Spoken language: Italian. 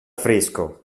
fresco